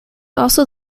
also